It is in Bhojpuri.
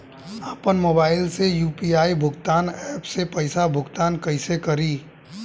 आपन मोबाइल से यू.पी.आई भुगतान ऐपसे पईसा भुगतान कइसे करि?